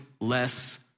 less